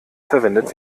verwendet